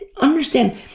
Understand